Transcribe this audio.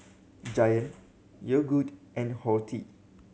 Giant Yogood and Horti